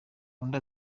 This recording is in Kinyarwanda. undi